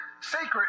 sacred